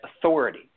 authority